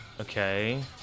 Okay